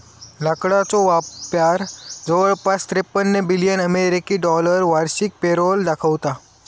लाकडाचो व्यापार जवळपास त्रेपन्न बिलियन अमेरिकी डॉलर वार्षिक पेरोल दाखवता